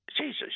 Jesus